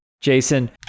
Jason